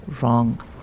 wrong